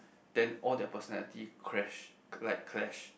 then all their personality crash like clash